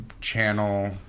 channel